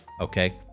okay